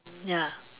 ya